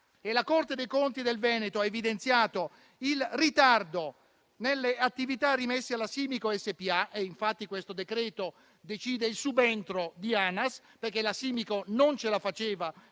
La Corte dei conti del Veneto ha evidenziato il ritardo nelle attività rimesse alla Simico SpA e infatti il provvedimento decide il subentro di ANAS. La Simico infatti non ce la faceva